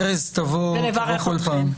ארז, תבוא כל פעם.